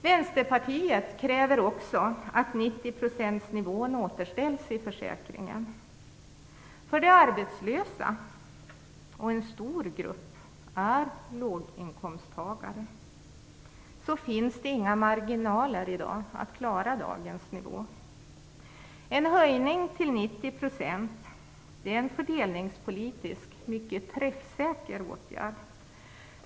Vänsterpartiet kräver också att 90-procentsnivån återställs i försäkringen. För de arbetslösa - och en stor grupp är låginkomsttagare - finns det i dag inga marginaler, och de kan därför inte klara dagens nivå. En höjning till 90 % är en fördelningspolitiskt mycket träffsäker åtgärd.